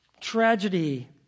Tragedy